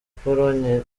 pologne